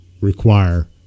require